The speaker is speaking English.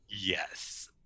Yes